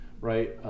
right